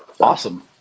Awesome